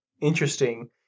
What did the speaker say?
interesting